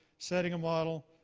setting a model,